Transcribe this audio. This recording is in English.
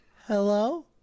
hello